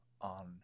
on